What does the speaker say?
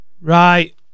Right